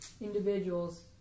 individuals